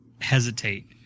hesitate